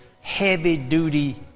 heavy-duty